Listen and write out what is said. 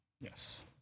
Yes